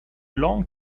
long